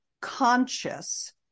conscious